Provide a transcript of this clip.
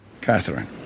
Catherine